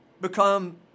become